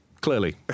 Clearly